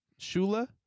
Shula